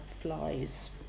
flies